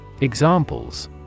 Examples